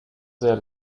sehr